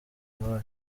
nk’uyu